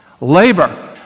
labor